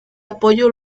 apoyo